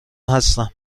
هستم